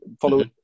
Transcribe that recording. Follow